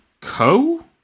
Co